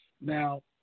Now